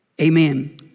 amen